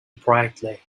brightly